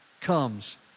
comes